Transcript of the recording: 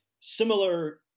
similar